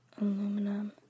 Aluminum